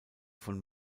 von